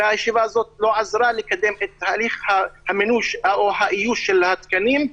והישיבה הזאת לא עזרה לקדם את הליך האיוש של התקנים.